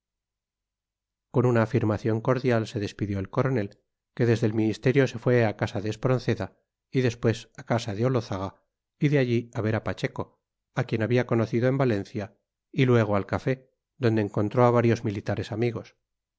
con una afirmación cordial se despidió el coronel que desde el ministerio se fue a casa de espronceda y después a casa de olózaga y de allí a ver a pacheco a quien había conocido en valencia y luego al café donde encontró a varios militares amigos